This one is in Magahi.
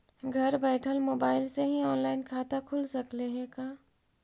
घर बैठल मोबाईल से ही औनलाइन खाता खुल सकले हे का?